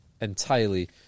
entirely